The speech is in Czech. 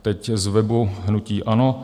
Teď z webu hnutí ANO.